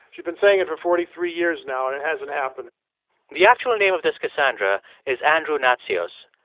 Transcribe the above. she's been saying it for forty three years now, and it hasn't happened the actual name of this cassandra is andrew natsios.